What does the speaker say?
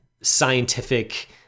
scientific